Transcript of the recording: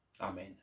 Amen